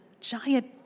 giant